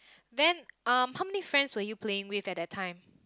then um how many friends were you playing with at that time